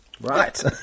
Right